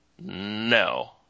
No